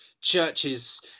churches